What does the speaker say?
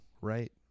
right